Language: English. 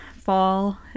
fall